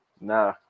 nah